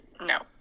no